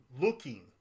looking